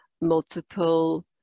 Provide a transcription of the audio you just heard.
multiple